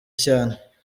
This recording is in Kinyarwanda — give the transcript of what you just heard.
cyane